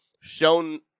shown